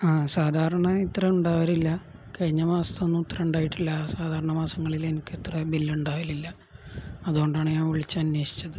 ആ സാധാരണ ഇത്ര ഉണ്ടാകാറില്ല കഴിഞ്ഞ മാസത്തൊന്നും ഇത്രയും ഉണ്ടായിട്ടില്ല സാധാരണ മാസങ്ങളിൽ എനിക്ക് ഇത്ര ബിൽ ഉണ്ടാകലില്ല അതുകൊണ്ടാണ് ഞാൻ വിളിച്ച് അന്വേഷിച്ചത്